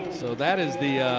so that is the